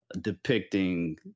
depicting